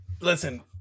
Listen